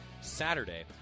Saturday